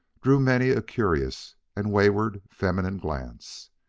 drew many a curious and wayward feminine glance.